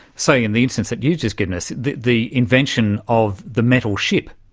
say, in the instance that you've just given us, the the invention of the metal ship.